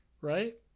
right